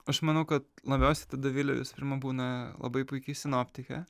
aš manau kad labiausiai tai dovilė visų pirma būna labai puiki sinoptikė